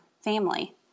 family